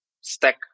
stack